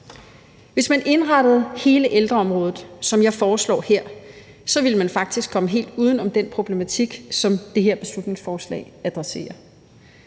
Hvis man indrettede hele ældreområdet, som jeg foreslår her, ville man faktisk komme helt uden om den problematik, som det her beslutningsforslag adresserer.